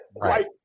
right